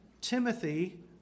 Timothy